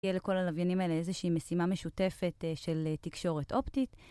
יהיה לכל הלוויינים האלה איזושהי משימה משותפת של תקשורת אופטית.